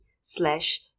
slash